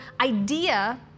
idea